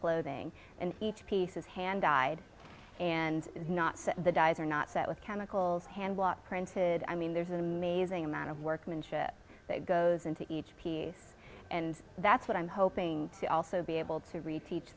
clothing and each piece is hand died and not the dies or not that was chemicals hand was printed i mean there's an amazing amount of workmanship that goes into each piece and that's what i'm hoping to also be able to reteach